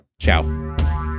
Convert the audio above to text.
Ciao